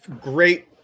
great